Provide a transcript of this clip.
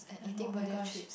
don't know oh-my-gosh